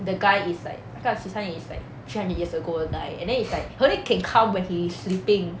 the guy is like 那个十三爷 is like three hundred years ago die and then it's like he only can come when he is sleeping